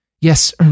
Yes